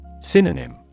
synonym